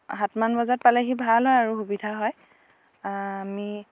সাতমান বজাত পালেহি ভাল হয় আৰু সুবিধা হয় আমি